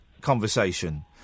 conversation